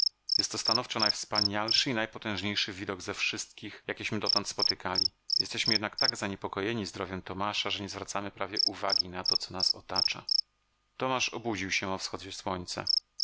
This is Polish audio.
jest to stanowczo najwspanialszy i najpotężniejszy widok ze wszystkich jakieśmy dotąd spotykali jesteśmy jednak tak zaniepokojeni zdrowiem tomasza że nie zwracamy prawie uwagi na to co nas otacza tomasz obudził się o wschodzie słońca